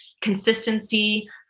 consistency